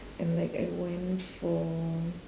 and like I went for